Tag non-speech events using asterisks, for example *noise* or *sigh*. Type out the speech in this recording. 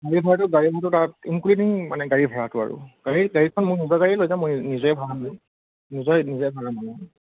গাড়ী ভাড়াটো গাড়ী ভাড়াটো তাত ইনক্লুডিং মানে গাড়ী ভাড়াটো আৰু গাড়ী গাড়ীখন মই নিজৰ গাড়ীয়ে লৈ যাম মই নিজেই ভাড়া মাৰিম নিজৰ নিজেই ভাড়া *unintelligible*